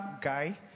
guy